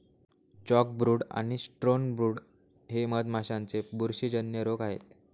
chalkbrood आणि stonebrood हे मधमाशांचे बुरशीजन्य रोग आहेत